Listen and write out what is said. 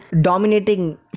dominating